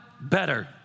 better